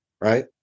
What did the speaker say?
right